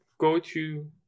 go-to